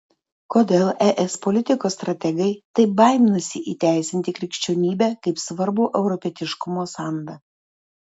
kodėl es politikos strategai taip baiminasi įteisinti krikščionybę kaip svarbų europietiškumo sandą